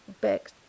back